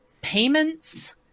payments